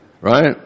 right